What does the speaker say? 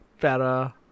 better